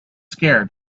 scared